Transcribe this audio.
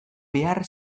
behar